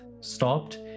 stopped